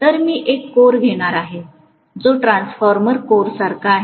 तर मी एक कोर घेणार आहे जो ट्रान्सफॉर्मर कोर सारखा आहे